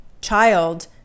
child